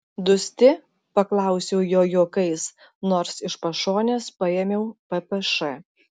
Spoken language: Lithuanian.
dusti paklausiau jo juokais nors iš pašonės paėmiau ppš